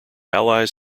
allies